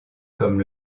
comme